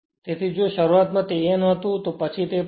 તેથી જો શરૂઆતમાં તે n હતું તો પછી તે 0